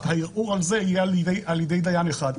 הערעור על זה יהיה על ידי דיין אחד.